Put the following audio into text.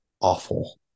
awful